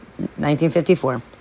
1954